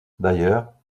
d’ailleurs